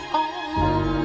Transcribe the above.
on